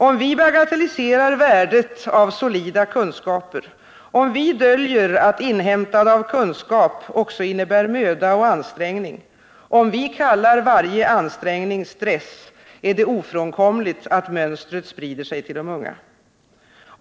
Om vi bagatelliserar värdet av solida kunskaper, om vi döljer att inhämtande av kunskap också innebär möda och ansträngning, om vi kallar varje ansträngning stress, är det ofrånkomligt att mönstret sprider sig till de unga.